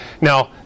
Now